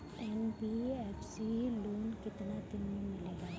NBFC loan केतना दिन मे मिलेला?